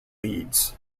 leads